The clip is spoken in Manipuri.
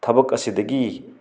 ꯊꯕꯛ ꯑꯁꯤꯗꯒꯤ